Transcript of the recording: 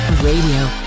Radio